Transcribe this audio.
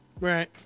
Right